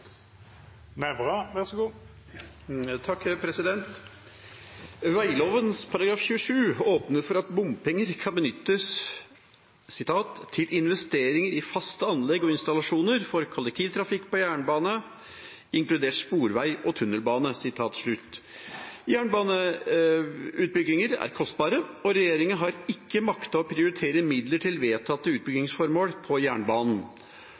27 åpner for at bompenger kan benyttes «til investeringar i faste anlegg og installasjonar for kollektivtrafikk på jernbane, inkludert sporveg og tunnelbane». Jernbaneutbygginger er kostbare, og regjeringen har ikke maktet å prioritere midler til vedtatte utbyggingsformål på jernbanen,